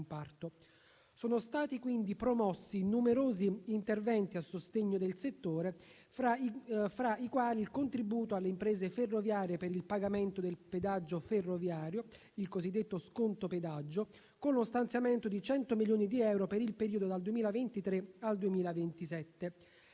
Sono stati quindi promossi numerosi interventi a sostegno del settore, tra cui il contributo alle imprese ferroviarie per il pagamento del pedaggio ferroviario, il cosiddetto sconto pedaggio, con lo stanziamento di 100 milioni di euro per il periodo dal 2023 al 2027.